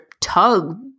tug